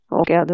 Okay